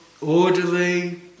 orderly